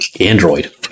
android